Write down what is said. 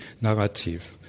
Narrativ